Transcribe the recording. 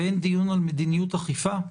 ואין דיון על מדיניות אכיפה?